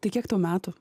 tai kiek tau metų